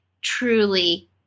truly